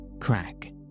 crack